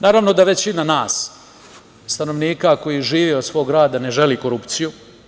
Naravno da većina nas stanovnika koji žive od svog rada ne želi korupciju.